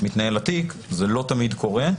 מתנהל התיק, אבל זה לא תמיד קורה.